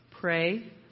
pray